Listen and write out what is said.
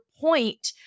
point